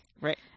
Right